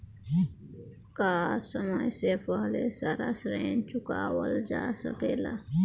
का समय से पहले सारा ऋण चुकावल जा सकेला?